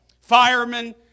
Firemen